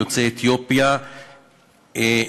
יוצאי אתיופיה,